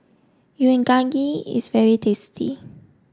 Unagi is very tasty